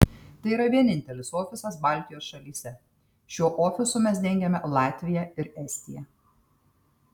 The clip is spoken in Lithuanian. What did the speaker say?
tai yra vienintelis ofisas baltijos šalyse šiuo ofisu mes dengiame latviją ir estiją